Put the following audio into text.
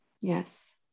Yes